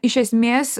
iš esmės